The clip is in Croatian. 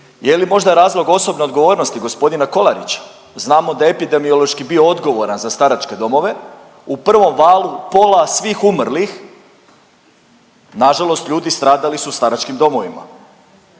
je li možda razlog osobne odgovornosti g. Kolarića? Znamo da epidemiološki bio odgovoran za staračke domove u prvom valu pola svih umrlih nažalost ljudi stradali su u staračkim domovima.